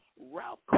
Ralph